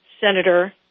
Senator